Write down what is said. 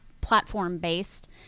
platform-based